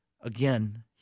Again